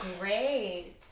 great